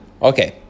Okay